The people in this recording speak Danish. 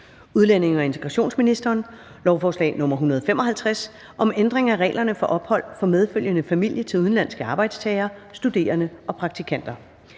om ændring af lov om udlændingeloven. (Ændring af reglerne for ophold for medfølgende familie til udenlandske arbejdstagere, studerende og praktikanter)).